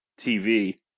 tv